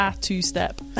two-step